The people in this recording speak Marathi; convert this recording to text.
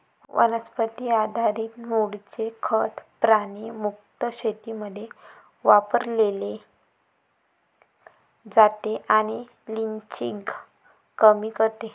वनस्पती आधारित मूळचे खत प्राणी मुक्त शेतीमध्ये वापरले जाते आणि लिचिंग कमी करते